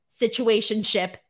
situationship